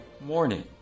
Morning